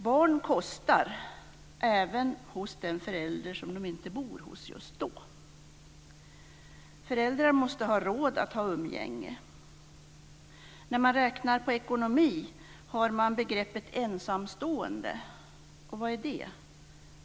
Barn kostar även för den förälder som de inte bor hos. Föräldrar måste ha råd att ha umgänge. När man räknar på ekonomi rör man sig med begreppet ensamstående. Och vad är det?